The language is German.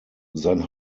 sein